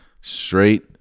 straight